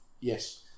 Yes